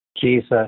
Jesus